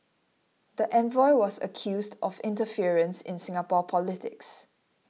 the envoy was accused of interference in Singapore politics